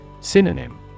Synonym